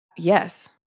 Yes